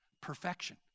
Perfection